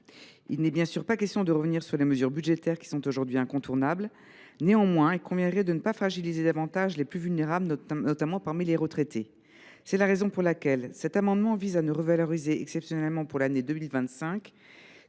Il n’est bien sûr pas question de revenir sur les mesures budgétaires, aujourd’hui incontournables. Néanmoins, il conviendrait de ne pas fragiliser davantage les plus vulnérables, notamment parmi les retraités. Pour cette raison, cet amendement vise à ne revaloriser, exceptionnellement pour l’année 2025,